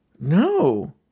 No